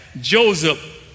Joseph